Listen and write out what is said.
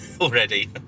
already